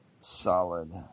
solid